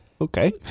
okay